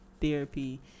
therapy